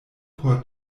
por